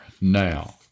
now